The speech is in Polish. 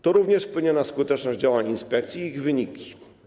To również wpłynie na skuteczność działań inspekcji i ich wyniki.